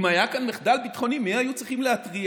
אם היה כאן מחדל ביטחוני, מי היו צריכים להתריע?